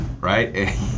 right